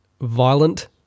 violent